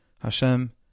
Hashem